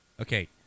Okay